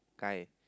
guy and